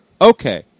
Okay